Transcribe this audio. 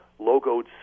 logoed